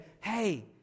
Hey